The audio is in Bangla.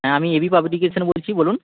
হ্যাঁ আমি এবি পাবলিকেশন বলছি বলুন